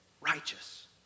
righteous